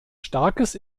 starkes